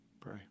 Pray